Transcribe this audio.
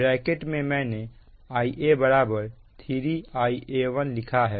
bracket में मैंने Ia 3 Ia1लिखा है